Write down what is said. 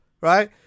Right